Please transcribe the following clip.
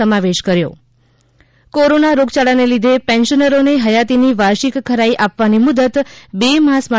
સમાવેશ કર્યો કોરોના રોગયાળા ને લીધે પેન્શનરોને હયાતીની વાર્ષિક ખરાઇ આપવાની મુદત બે માસ માટે